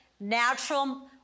natural